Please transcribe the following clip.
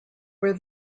where